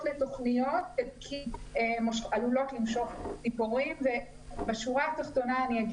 לתוכניות שעלולות למשוך ציפורים בשורה התחתונה אני אומר